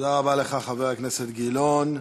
תודה רבה לך, חבר הכנסת גילאון.